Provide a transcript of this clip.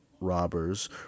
robbers